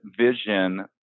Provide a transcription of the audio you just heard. vision